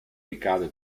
ricade